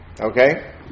Okay